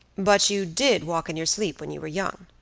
but you did walk in your sleep when you were young?